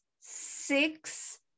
six